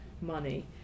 money